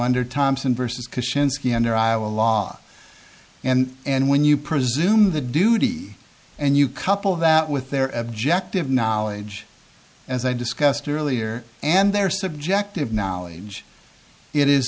under thompson versus commission skinner iowa law and and when you presume the duty and you couple that with their objective knowledge as i discussed earlier and their subjective knowledge it is